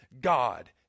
God